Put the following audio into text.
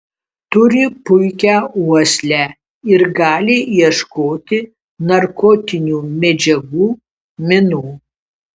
turi puikią uoslę ir gali ieškoti narkotinių medžiagų minų